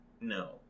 No